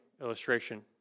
illustration